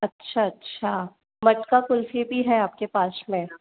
अच्छा अच्छा मटका कुल्फी भी है आपके पास में